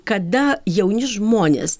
kada jauni žmonės